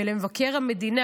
ולמבקר המדינה,